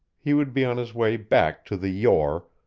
he would be on his way back to the yore,